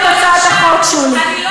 לא,